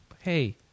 Hey